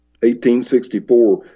1864